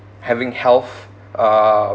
having health uh